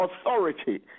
authority